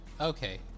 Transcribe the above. Okay